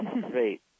Great